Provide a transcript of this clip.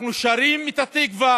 אנחנו שרים את התקווה